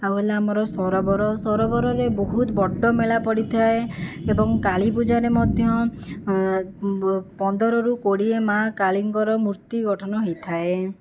ଆଉ ହେଲା ଆମର ସରୋବର ସରୋବରରେ ବହୁତ ବଡ଼ ମେଳା ପଡ଼ିଥାଏ ଏବଂ କାଳୀପୂଜାରେ ମଧ୍ୟ ପନ୍ଦରରୁ କୋଡ଼ିଏ ମା' କାଳୀଙ୍କର ମୂର୍ତ୍ତି ଗଠନ ହୋଇଥାଏ